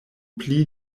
pli